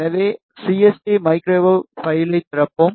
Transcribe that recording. எனவே CST microwave பைலை திறப்போம்